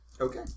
Okay